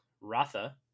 Ratha